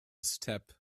step